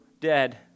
dead